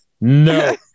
no